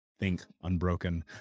ThinkUnbroken